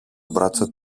μπράτσο